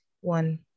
one